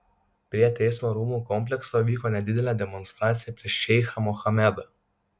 prie teismo rūmų komplekso vyko nedidelė demonstracija prieš šeichą mohamedą